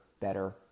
better